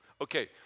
Okay